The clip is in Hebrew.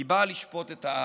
"כי בא לשפוט את הארץ".